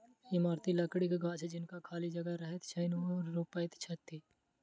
इमारती लकड़ीक गाछ जिनका खाली जगह रहैत छैन, ओ रोपैत छथि